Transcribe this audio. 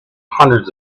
hundreds